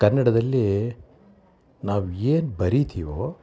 ಕನ್ನಡದಲ್ಲಿ ನಾವು ಏನು ಬರಿತೀವೋ